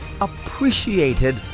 appreciated